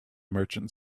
merchant